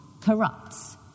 corrupts